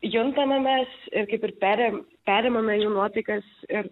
juntame mes ir kiap ir perėm perimame jų nuotaikas ir